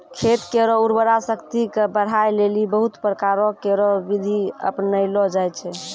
खेत केरो उर्वरा शक्ति क बढ़ाय लेलि बहुत प्रकारो केरो बिधि अपनैलो जाय छै